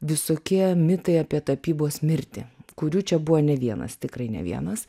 visokie mitai apie tapybos mirtį kurių čia buvo ne vienas tikrai ne vienas